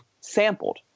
sampled